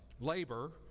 labor